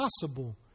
possible